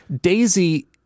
daisy